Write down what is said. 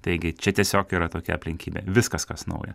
taigi čia tiesiog yra tokia aplinkybė viskas kas nauja